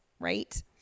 right